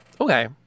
Okay